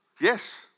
Yes